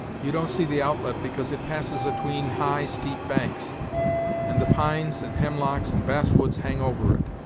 you don't see the outlet, because it passes atween high, steep banks and the pines, and hemlocks and bass-woods hang over it,